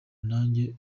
nanjye